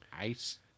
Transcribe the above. ice